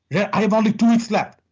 yeah i have only two weeks left.